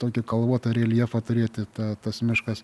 tokį kalvotą reljefą turėti tą tas miškas